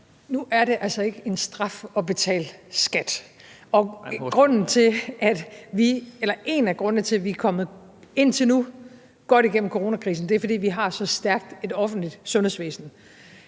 Nu er det altså ikke en straf at betale skat. En af grundene til, at vi indtil nu er kommet godt igennem coronakrisen, er, at vi har så stærkt et offentligt sundhedsvæsen